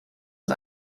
uns